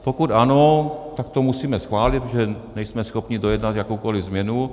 Pokud ano, tak to musíme schválit, protože nejsme schopni dojednat jakoukoliv změnu.